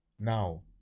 Now